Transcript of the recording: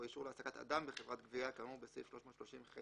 או אישור להעסקת אדם בחברת גבייה כאמור בסעיף 330ח(ב),